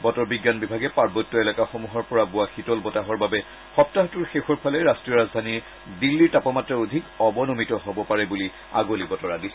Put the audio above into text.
বতৰ বিজ্ঞান বিভাগে পাৰ্বত্য এলেকাসমূহৰ পৰা বোৱা শীতল বতাহৰ বাবে সপ্তাহটোৰ শেষৰফালে ৰাষ্ট্ৰীয় ৰাজধানী দিল্লীৰ তাপমাত্ৰা অধিক অৱনমিত হব পাৰে বুলি আগলি বতৰা দিছে